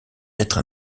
être